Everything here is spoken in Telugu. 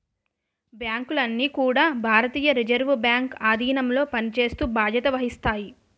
బ్యాంకులన్నీ కూడా భారతీయ రిజర్వ్ బ్యాంక్ ఆధీనంలో పనిచేస్తూ బాధ్యత వహిస్తాయి